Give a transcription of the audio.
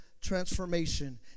transformation